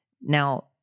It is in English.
Now